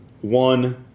one